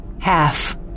Half